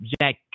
Jack